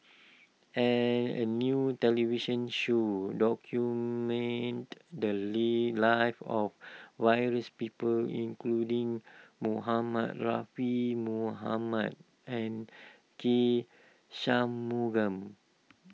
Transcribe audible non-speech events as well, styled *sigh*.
an a new television show documented the Lee lives of various people including Muhammad *unintelligible* Muhammad and K Shanmugam